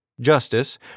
justice